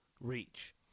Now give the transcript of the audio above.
reach